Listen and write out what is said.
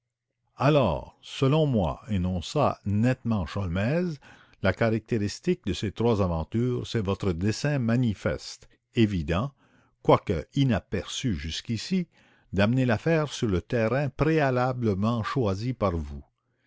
alors selon moi énonça nettement sholmès la caractéristique de ces trois aventures c'est votre dessein manifeste évident quoique inaperçu jusqu'ici d'amener l'affaire sur le terrain préalablement choisi par vous